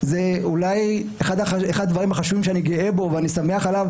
זה אולי אחד הדברים החשובים שאני גאה בו ואני שמח עליו,